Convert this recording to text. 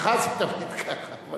אצלך זה תמיד כך.